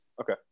Okay